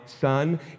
son